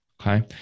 Okay